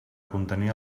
contenir